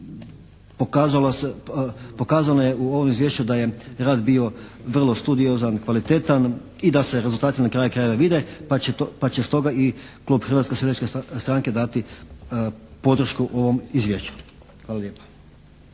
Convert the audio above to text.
pokazano je u ovom izvješću da je rad bio vrlo studiozan i kvalitetan i da se rezultati na kraju krajeva vide pa će stoga i Klub Hrvatske seljačke stranke dati podršku ovom izvješću. Hvala lijepa.